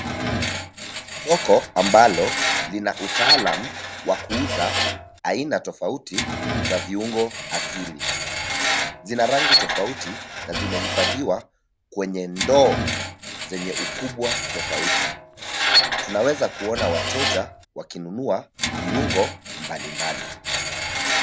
Soko ambalo lina utaalam wa kuuza aina tofauti za viungo asili. Zina rangi tofauti na zimehifadhiwa kwenye ndoo zenye ukubwa tofauti. Tunaweza kuona wateja wakinunua viungo mbalimbali.